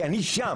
כי אני שם.